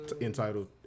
Entitled